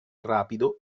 rapido